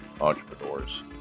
entrepreneurs